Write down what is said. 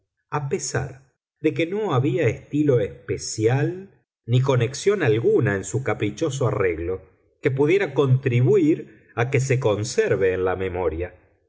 a pesar de que no había estilo especial ni conexión alguna en su caprichoso arreglo que pudiera contribuir a que se conserve en la memoria